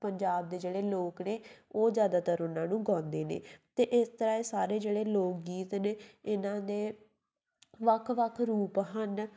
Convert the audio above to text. ਪੰਜਾਬ ਦੇ ਜਿਹੜੇ ਲੋਕ ਨੇ ਉਹ ਜ਼ਿਆਦਾਤਰ ਉਹਨਾਂ ਨੂੰ ਗਾਉਂਦੇ ਨੇ ਅਤੇ ਇਸ ਤਰ੍ਹਾਂ ਇਹ ਸਾਰੇ ਜਿਹੜੇ ਲੋਕ ਗੀਤ ਨੇ ਇਹਨਾਂ ਦੇ ਵੱਖ ਵੱਖ ਰੂਪ ਹਨ